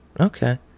Okay